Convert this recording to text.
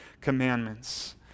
commandments